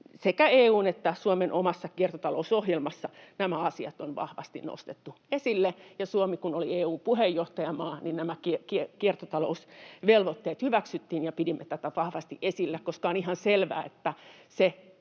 Sekä EU:n että Suomen omassa kiertotalousohjelmassa nämä asiat on vahvasti nostettu esille, ja kun Suomi oli EU-puheenjohtajamaa, nämä kiertotalousvelvoitteet hyväksyttiin ja pidimme tätä vahvasti esillä, koska on ihan selvää, että sen